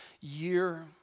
year